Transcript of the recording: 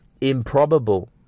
improbable